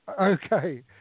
okay